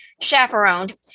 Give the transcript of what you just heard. chaperoned